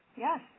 yes